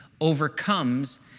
overcomes